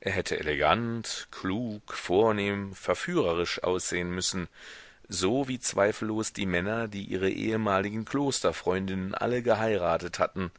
er hätte elegant klug vornehm verführerisch aussehen müssen so wie zweifellos die männer die ihre ehemaligen klosterfreundinnen alle geheiratet hatten